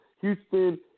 Houston